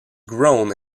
grown